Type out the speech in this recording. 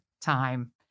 time